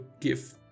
give